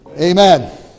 Amen